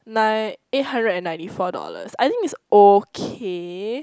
nine eight hundred and ninety four dollars I think it's okay